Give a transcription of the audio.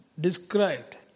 described